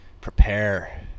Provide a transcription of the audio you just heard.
Prepare